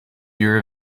year